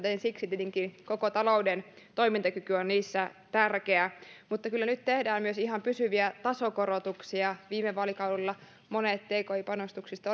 joten siksi tietenkin koko talouden toimintakyky on niissä tärkeä mutta kyllä nyt tehdään myös ihan pysyviä tasokorotuksia viime vaalikaudella monet tki panostuksista